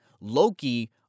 Loki